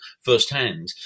firsthand